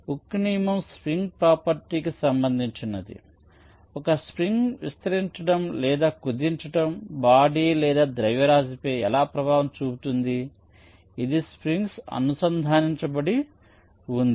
hook నియమం spring property కి సంబంధించినది ఒకస్ప్రింగ్ విస్తరించడం లేదా కుదించడం బాడీ లేదా ద్రవ్యరాశిపై ఎలా ప్రభావం చూపుతుంది ఇది స్ప్రింగ్కి అనుసంధానించబడి ఉంది